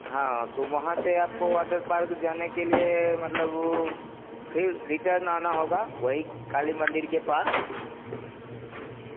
हाँ तो वहाँ से आपको वाटर पार्क जाने के लिये मतलब फिर रिटर्न आना होगा वही काली मंदिर के पास